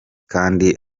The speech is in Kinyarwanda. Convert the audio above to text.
kandi